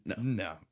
No